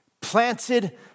planted